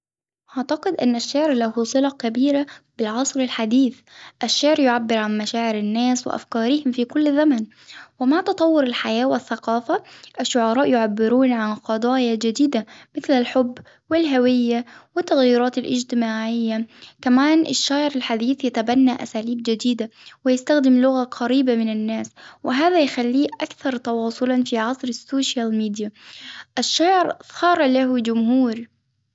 أعتقد أن الشعر له صلة كبيرة بالعصر الحديث، الشعر يعبر عن مشاعر الناس وافكارهم في كل زمن، ومع تطور الحياة والثقافة الشعراء يعبرون عن قضايا جديدة مثل الحب والهوية والتغيرات الاجتماعية، كمان الشعر الحديث يتبنى أساليب جديدة ويستخدم لغة قريبة من الناس، وهذا يخليه أكثر تواصلا في عصر السوشيال ميديا، الشاعر صار له جمهور.